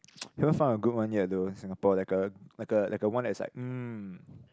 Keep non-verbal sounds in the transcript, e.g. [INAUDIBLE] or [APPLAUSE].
[NOISE] even found a good one yet I do in Singapore like a like a like a one as like hmm